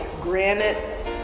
granite